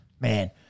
Man